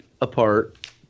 apart